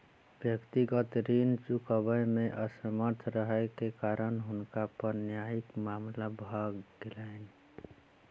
व्यक्तिगत ऋण चुकबै मे असमर्थ रहै के कारण हुनका पर न्यायिक मामला भ गेलैन